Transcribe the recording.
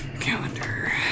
Calendar